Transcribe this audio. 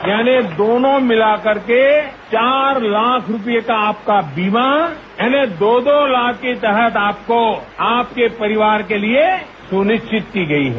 यानि दोनों मिलाकर के चार लाख रूपए का आपका बीमा यानि दो दो लाख के तहत आपको आपको परिवार के लिए सुनिश्चित की गई है